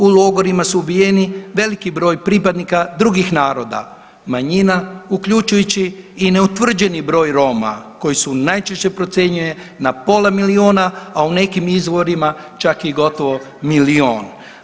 U logorima su ubijeni veliki broj pripadnika drugih naroda manjina uključujući i neutvrđeni broj Roma koji se najčešće procjenjuje na pola miliona, a u nekim izvorima čak i gotovo milion.